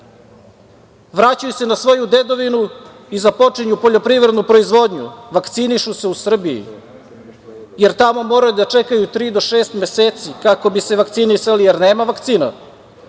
vraćaju se na svoju dedovinu i započinju poljoprivrednu proizvodnju, vakcinišu se u Srbiji, jer tamo moraju da čekaju tri do šest meseci kako bi se vakcinisali, jer nema vakcina.